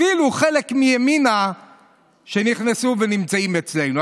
אפילו חלק מימינה נכנסו ונמצאים אצלנו.